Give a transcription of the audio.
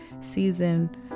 season